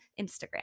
Instagram